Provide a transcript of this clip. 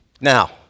Now